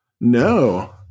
No